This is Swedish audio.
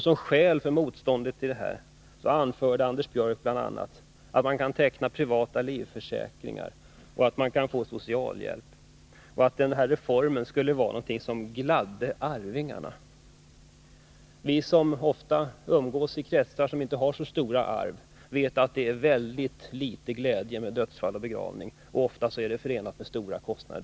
Som skäl för motståndet på denna punkt anförde Anders Björck bl.a. att man kan teckna privata livförsäkringar, att man kan få socialhjälp och att den här reformen skulle vara någonting som ”gladde” arvingarna. Vi som ofta umgås i kretsar som inte har så stora arv vet att det är väldigt litet glädje med dödsfall och begravning, och ofta är det dessutom förenat med stora kostnader.